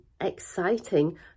exciting